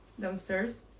downstairs